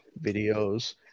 videos